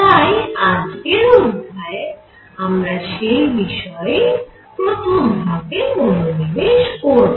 তাই আজকের অধ্যায়ে আমরা সেই বিষয়েরই প্রথম ভাগে মনোনিবেশ করব